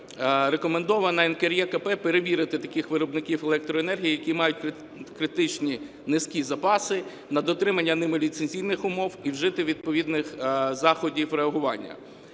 рекомендовано НКРЕКП перевірити таких виробників електроенергії, які мають критично низькі запаси на дотримання ними ліцензійних умов, і вжити відповідних заходів реагування.